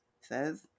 says